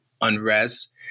unrest